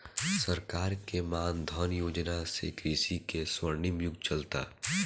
सरकार के मान धन योजना से कृषि के स्वर्णिम युग चलता